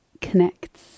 connects